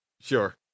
Sure